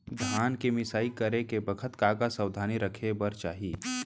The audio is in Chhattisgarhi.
धान के मिसाई करे के बखत का का सावधानी रखें बर चाही?